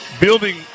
Building